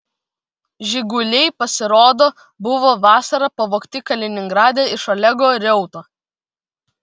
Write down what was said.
žiguliai pasirodo buvo vasarą pavogti kaliningrade iš olego reuto